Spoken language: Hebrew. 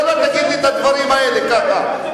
אתה לא תגיד לי את הדברים האלה כך.